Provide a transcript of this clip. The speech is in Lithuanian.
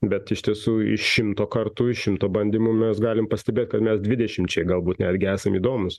bet iš tiesų iš šimto kartų iš šimto bandymų mes galim pastebėt kad mes dvidešimčiai galbūt netgi esam įdomūs